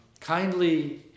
kindly